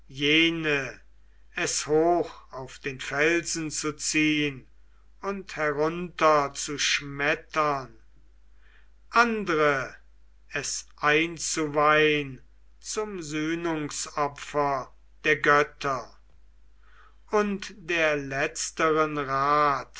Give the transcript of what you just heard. es hoch auf den felsen zu ziehn und herunter zu schmettern andre es einzuweihn zum sühnungsopfer der götter und der letzteren rat